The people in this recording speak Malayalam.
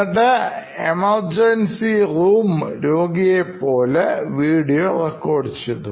എന്നിട്ട് എമർജൻസി റൂം രോഗിയെ പോലെ വീഡിയോ റെക്കോർഡ് ചെയ്തു